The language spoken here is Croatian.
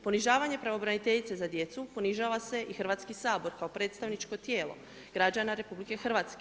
Ponižavanje Pravobraniteljice za djecu, ponižava se i Hrvatski sabor, kao predstavničko tijelo građana RH.